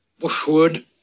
Bushwood